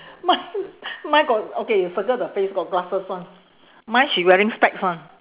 mine mine got okay you circle the face got glasses [one] mine she wearing specs [one]